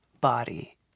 body